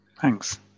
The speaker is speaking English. thanks